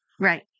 Right